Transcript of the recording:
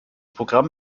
programm